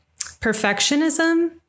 perfectionism